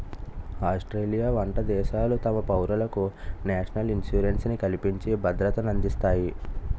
Australia వంట దేశాలు తమ పౌరులకు నేషనల్ ఇన్సూరెన్స్ ని కల్పించి భద్రతనందిస్తాయి